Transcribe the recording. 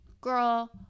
girl